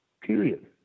Period